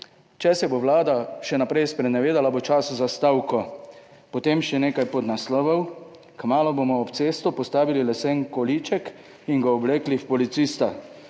Če se bo vlada sprenevedala, bo čas za stavko! Potem še nekaj podnaslovov. Kmalu bomo ob cesto postavili lesen količek in ga oblekli v policista.